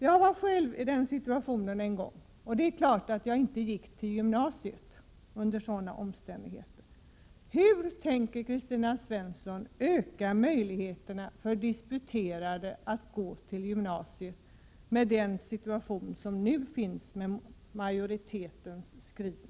Jag var själv i den situationen en gång, och det är klart att jag inte gick till gymnasiet under sådana omständigheter. Hur tänker Kristina Svensson öka möjligheterna för disputerade att gå till gymnasiet i den situation som uppstår med majoritetens skrivning?